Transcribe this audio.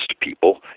people